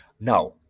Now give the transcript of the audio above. Now